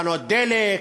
בתחנות דלק,